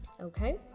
Okay